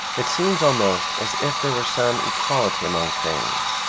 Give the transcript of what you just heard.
it seems almost as if there were some equality among things,